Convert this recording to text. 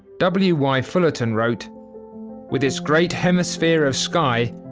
w y fullerton wrote with his great hemisphere of sky,